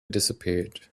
disappeared